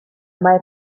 mae